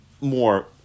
more